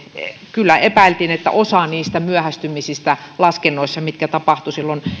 kyllä epäiltiin että osa niistä myöhästymisistä laskennoissa mitkä tapahtuivat silloin